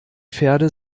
pferde